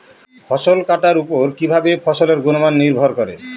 ফসল কাটার উপর কিভাবে ফসলের গুণমান নির্ভর করে?